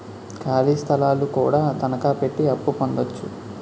ఖాళీ స్థలాలు కూడా తనకాపెట్టి అప్పు పొందొచ్చు